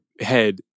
head